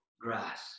grass